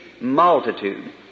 multitude